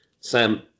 Sam